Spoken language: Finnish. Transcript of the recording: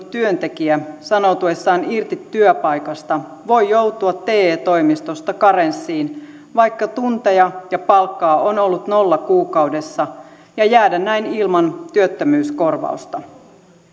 työntekijä sanoutuessaan irti työpaikasta voi joutua te toimistosta karenssiin vaikka tunteja ja palkkaa on ollut nolla kuukaudessa ja jäädä näin ilman työttömyyskorvausta